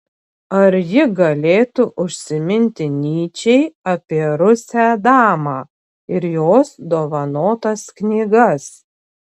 ar ji galėtų užsiminti nyčei apie rusę damą ir jos dovanotas knygas